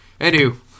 Anywho